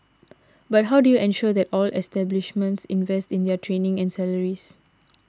but how do you ensure that all establishments invest in their training and salaries